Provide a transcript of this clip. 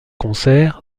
concerts